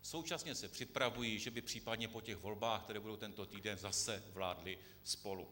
Současně se připravují, že by případně po těch volbách, které budou tento týden, zase vládly spolu.